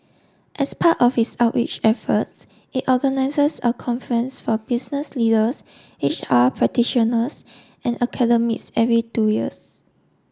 as part of its outreach efforts it organises a conference for business leaders H R practitioners and academics every two years